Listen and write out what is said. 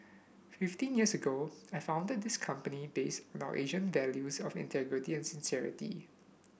fifteen years ago I founded this company based on our Asian values of integrity and sincerity